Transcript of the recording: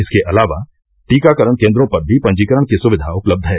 इसके अलावा टीकाकरण केन्द्रों पर भी पंजीकरण की सुविधा उपलब्ध है